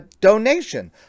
donation